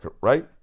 Right